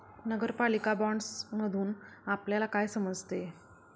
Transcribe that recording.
नगरपालिका बाँडसमधुन आपल्याला काय समजते?